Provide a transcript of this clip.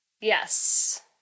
yes